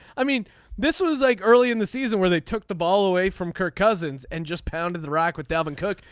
i mean this was like early in the season where where they took the ball away from kirk cousins and just pounded the rack with devin cook.